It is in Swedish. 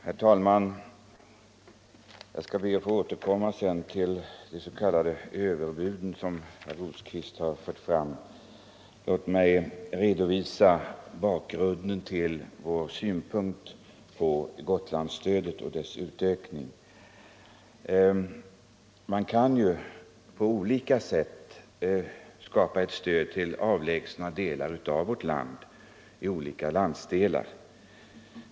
Herr talman! Jag ber att få återkomma något senare till det som av herr Rosqvist kallades för överbud. Låt mig först redovisa bakgrunden till vårt ställningstagande vad gäller Gotlandsstödet och dess tillämpning. Stödet till mindre centralt belägna delar av vårt land kan utformas på olika sätt.